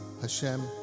Hashem